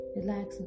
relax